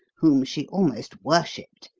whom she almost worshipped.